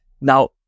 Now